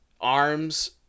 arms